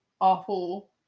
awful